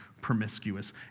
promiscuous